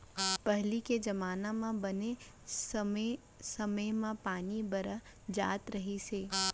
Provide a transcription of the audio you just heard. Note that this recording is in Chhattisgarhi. पहिली के जमाना म बने समे समे म पानी बरस जात रहिस हे